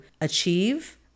achieve